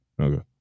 Okay